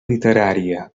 literària